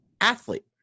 athlete